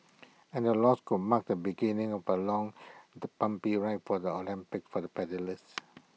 and the loss could mark the beginning of A long the bumpy ride for the Olympics for the paddlers